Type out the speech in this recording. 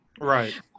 right